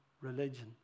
religion